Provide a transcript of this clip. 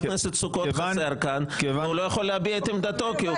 הכנסת סוכות חסר כאן והוא לא יכול להביע את עמדתו כי הוא